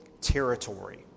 territory